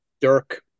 Dirk